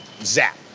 Zap